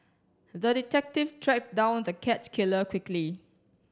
the detective tracked down the cat killer quickly